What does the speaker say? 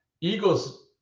Eagles